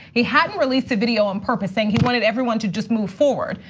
he hadn't released the video on purpose saying he wanted everyone to just move forward.